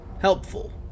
helpful